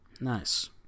Nice